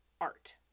Art